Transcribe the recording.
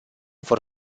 vor